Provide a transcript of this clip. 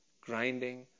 grinding